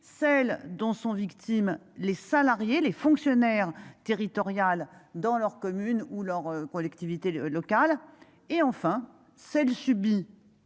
celle dont sont victimes les salariés, les fonctionnaires territoriales dans leur commune ou leur collectivité locale et enfin celle subie